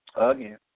again